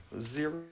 Zero